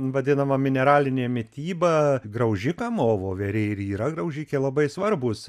vadinama mineralinė mityba graužikam o voverė ir yra graužikė labai svarbūs